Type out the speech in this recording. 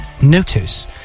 notice